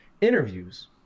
interviews